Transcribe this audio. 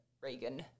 Reagan